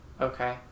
Okay